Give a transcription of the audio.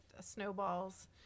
snowballs